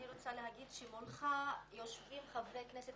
אני רוצה לומר שמולך יושבים חברי כנסת